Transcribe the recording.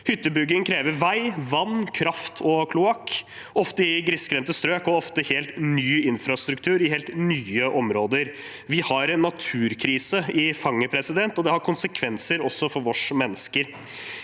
Hyttebygging krever vei, vann, kraft og kloakk – ofte i grisgrendte strøk – og ofte helt ny infrastruktur i helt nye områder. Vi har en naturkrise i fanget, og det har konsekvenser også for oss mennesker.